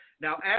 Now